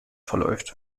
verläuft